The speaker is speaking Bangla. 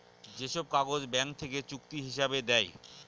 যে সব কাগজ ব্যাঙ্ক থেকে চুক্তি হিসাবে দেয়